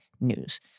news